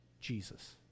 Jesus